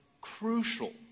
crucial